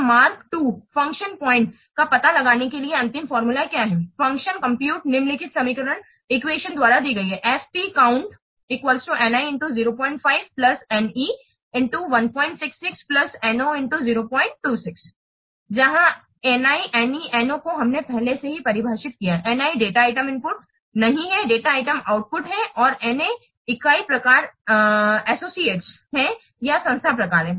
तो mark II function point का पता लगाने के लिए अंतिम फार्मूला क्या है फ़ंक्शन कंप्यूट निम्नलिखित समीकरण द्वारा दी गई है FP count Ni 058 Ne 166 No 026 जहां Ni Ne और No को हमने पहले से परिभाषित किया है Ni डेटा आइटम इनपुट नहीं है डेटा आइटम आउटपुट है और Na इकाई प्रकार एसोसिएटेड है या संस्था प्रकार है